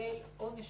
לקבל עונש